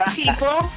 people